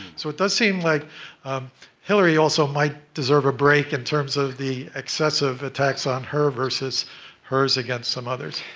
so it does seem like hillary, also, might deserve a break, in terms of the excessive attacks on her, versus hers against some others.